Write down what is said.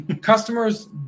customers